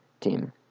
team